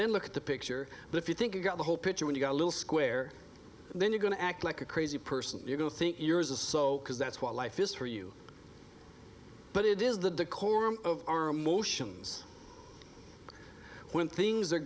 then look at the picture but if you think you got the whole picture when you go a little square then you're going to act like a crazy person you go think yours is so because that's what life is for you but it is the decorum of our emotions when things are